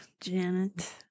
Janet